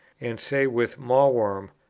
and say with mawworm,